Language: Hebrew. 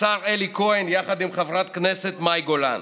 השר אלי כהן יחד עם חברת הכנסת מאי גולן.